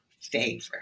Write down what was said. favor